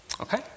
okay